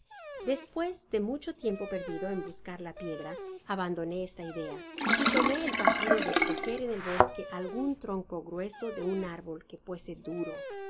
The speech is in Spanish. despues de mucho tiempo perdido ea buscar la pie ira abandoné esta idea y tomé el partido de escoger en el bosque algun tronco grueso de un árbol que fuese duro